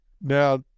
now